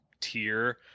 tier